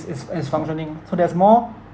is is functioning so there's more